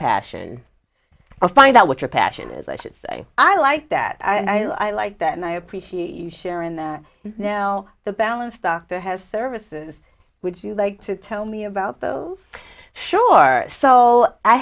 passion or find out what your passion is i should say i like that and i like that and i appreciate you sharing that now the balance doctor has services would you like to tell me about though sure so i